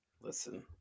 Listen